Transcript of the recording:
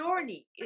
journey